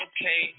Okay